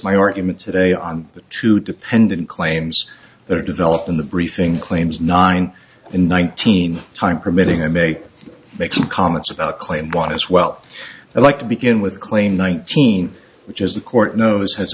my argument today on the two dependent claims that are developed in the briefings claims nine in one thousand time permitting i may make some comments about claim one as well i like to begin with clay nineteen which is the court knows has